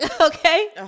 Okay